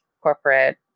corporate